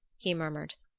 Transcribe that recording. he murmured.